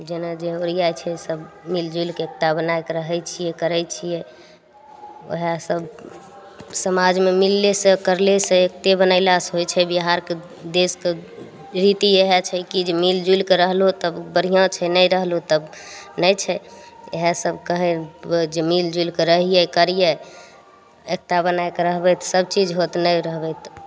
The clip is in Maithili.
जेना जे ओरियाइ छै सब मिलि जुलिके एकता बनाके रहय छियै करय छियै ओएह सब समाजमे मिलले सँ करले सँ एकते बनेलासँ होइ छै बिहारके देशके रीति इएह छै कि जे मिलि जुलिके रहलौं तब बढ़िआँ छै नहि रहलहुँ तब नहि छै इएह सब कहय जे मिल जुलिके रहियै करियै एकता बना कऽ रहबे तऽ सबचीज होत नहि रहबे तऽ